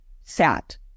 sat